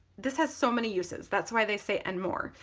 this has so many uses that's why they say and more.